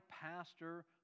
pastor